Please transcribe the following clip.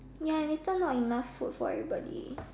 ya later not enough food for everybody